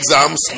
exams